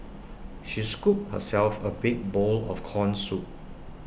she scooped herself A big bowl of Corn Soup